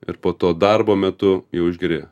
ir po to darbo metu jau išgeri